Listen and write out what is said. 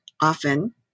often